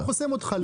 זה לא חוסם אותך.